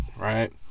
right